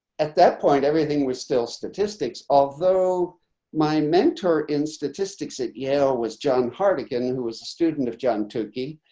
at that point, everything was still statistics, although my mentor in statistics at yale was john hartigan who was a student of john tookie.